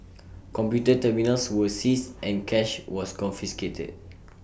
computer terminals were seized and cash was confiscated